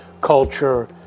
culture